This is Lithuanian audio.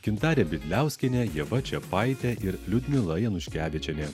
gintarė bieliauskienė ieva čiapaitė ir liudmila januškevičienė